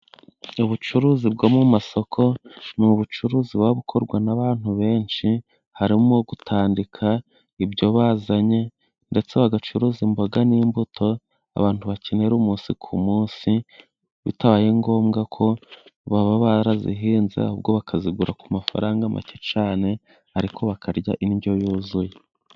Ubucuruzi bwo mu masoko ni ubucuruzi bukorwa n'abantu benshi, harimo gutandika ibyo bazanye ndetse bagacuruza imboga n'imbuto abantu bakenera umunsi ku munsi bitabaye ngombwa ko baba barazihinze ahubwo bakazigura ku mafaranga make cyane ariko bakarya indyo yuzuye.